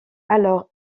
alors